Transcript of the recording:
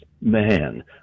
man